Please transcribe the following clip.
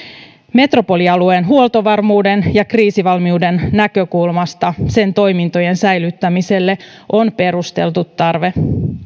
metropolialueen huoltovarmuuden ja kriisivalmiuden näkökulmasta sen toimintojen säilyttämiselle on perusteltu tarve